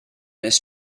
miss